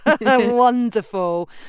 wonderful